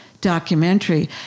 documentary